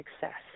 success